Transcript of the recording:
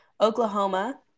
Oklahoma